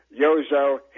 Yozo